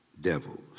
devils